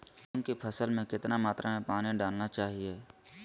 मूंग की फसल में कितना मात्रा में पानी डालना चाहिए?